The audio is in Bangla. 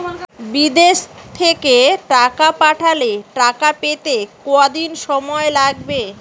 বিদেশ থেকে টাকা পাঠালে টাকা পেতে কদিন সময় লাগবে?